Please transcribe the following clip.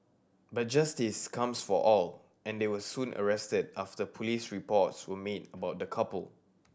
but justice comes for all and they were soon arrested after police reports were made about the couple